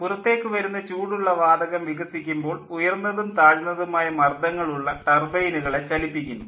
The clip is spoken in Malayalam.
പുറത്തേക്ക് വരുന്ന ചൂടുള്ള വാതകം വികസിക്കുമ്പോൾ ഉയർന്നതും താഴ്ന്നതുമായ മർദ്ദങ്ങൾ ഉള്ള ടർബൈനുകളെ ചലിപ്പിക്കുന്നു